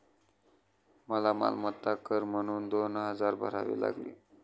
मला मालमत्ता कर म्हणून दोन हजार भरावे लागले